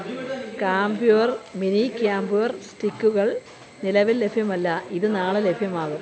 camphor mini camphor സ്റ്റിക്കുകൾ നിലവിൽ ലഭ്യമല്ല ഇത് നാളെ ലഭ്യമാകും